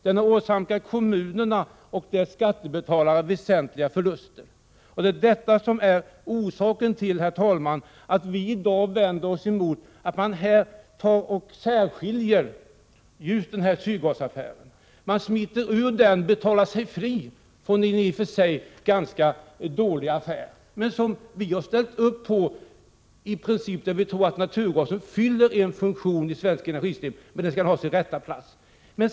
Den har åsamkat kommunerna och skattebetalarna väsentliga förluster. Detta är, herr talman, orsaken till att vi i dag vänder oss emot att man här skiljer ut Sydgasaffären. Man smiter som sagt ur den, man betalar sig fri från en affär som i och för sig är ganska dålig men som vi ställt oss bakom därför att vi tror att naturgasen fyller sin funktion i det svenska industrisystemet. Men där skall den ha sin rätta plats.